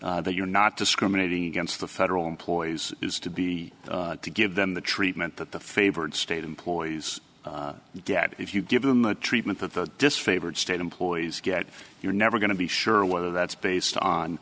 that you're not discriminating against the federal employees is to be to give them the treatment that the favored state employees are dead if you give them the treatment that the disfavored state employees get you're never going to be sure whether that's based on